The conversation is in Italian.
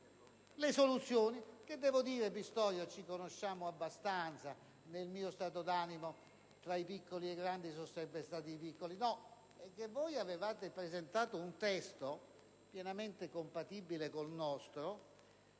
soluzioni. Collega Pistorio, ci conosciamo abbastanza: nel mio stato d'animo, tra i piccoli e i grandi sono sempre stato con i piccoli. Voi avevate presentato un testo pienamente compatibile con il nostro,